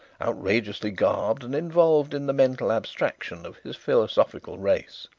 outrageously garbed and involved in the mental abstraction of his philosophical race.